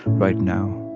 right now